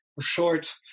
short